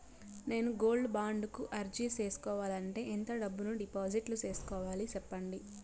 నేను gold bond కు అర్జీ సేసుకోవాలంటే ఎంత డబ్బును డిపాజిట్లు సేసుకోవాలి సెప్పండి